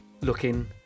looking